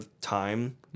time